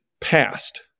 passed